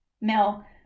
Mel